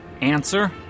Answer